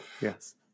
Yes